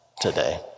today